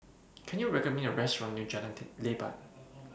Can YOU recommend Me A Restaurant near Jalan Leban